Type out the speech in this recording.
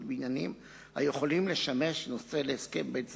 בעניינים היכולים לשמש נושא להסכם בין צדדים.